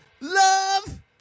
love